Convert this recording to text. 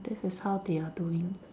this is how they are doing